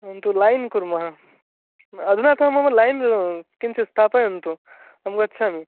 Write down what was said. अहन्तु लैन् कुर्मः अधुना तु मम लैन् किञ्चित् स्थापयन्तु अहं गच्छामि